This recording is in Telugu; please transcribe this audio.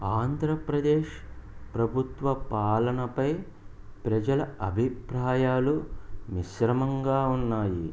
ఆంధ్రప్రదేశ్ ప్రభుత్వ పాలనపై ప్రజల అభిప్రాయాలు మిశ్రమంగా ఉన్నాయి